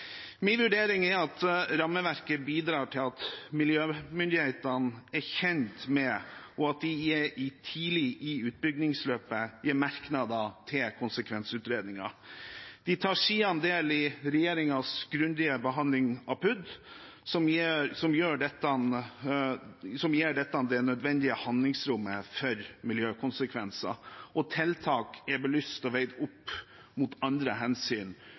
Min vurdering er at rammeverket bidrar til at miljømyndighetene er kjent med og tidlig i utbyggingsløpet gir merknader til konsekvensutredningen. De tar siden del i regjeringens grundige behandling av PUD, noe som gir det nødvendige handlingsrommet for at miljøkonsekvenser og tiltak er belyst og veid opp mot andre hensyn